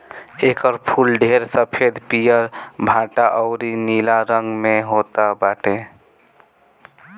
एकर फूल ढेर सफ़ेद, पियर, भंटा अउरी नीला रंग में होत बाटे